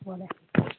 হ'ব দে